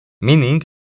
meaning